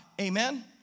Amen